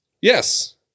Yes